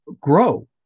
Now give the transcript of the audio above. grow